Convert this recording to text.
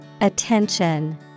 Attention